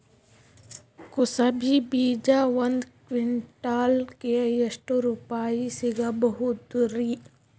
ಕುಸಬಿ ಬೀಜ ಒಂದ್ ಕ್ವಿಂಟಾಲ್ ಗೆ ಎಷ್ಟುರುಪಾಯಿ ಸಿಗಬಹುದುರೀ?